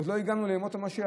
עוד לא הגענו לימות המשיח,